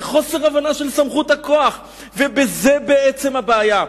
זה חוסר הבנה של סמכות הכוח, ובזה, בעצם, הבעיה.